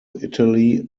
italy